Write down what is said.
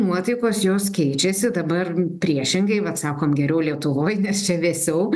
nuotaikos jos keičiasi dabar priešingai vat sakom geriau lietuvoj nes čia vėsiau